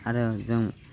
आरो जों